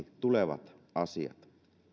tulevat asiat